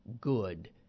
good